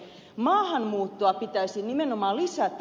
maahanmuuttoa pitäisi nimenomaan lisätä